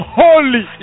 holy